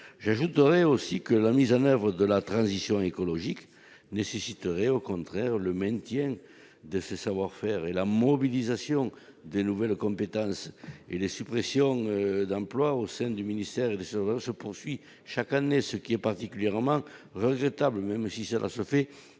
J'ajoute que la mise en oeuvre de la transition écologique nécessiterait au contraire le maintien de ces savoir-faire et la mobilisation de nouvelles compétences. Les suppressions d'emplois au sein du ministère se poursuivent chaque année, ce qui est particulièrement regrettable, d'autant